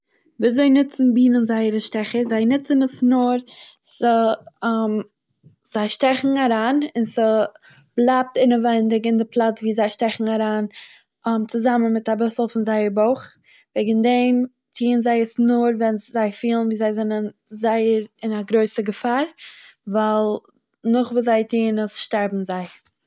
וויזוי נוצן בינען זייער שטעכער, זיי נוצן עס נאר צ' זיי שטעכן אריין און ס' בלייבט אינערוויינג אין דער פלאץ ווי זיי שטעקן אריין צוזאמען מיט אביסל פון זייער בויך, וועגן דעם טוהן זיי עס נאר ווען זיי פילן ווי זיי זענען זייער אין א גרויסע געפאר ווייל נאך וואס זיי טוהן עס שטארבן זיי.